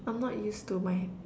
I'm not used to my